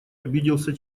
обиделся